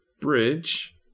bridge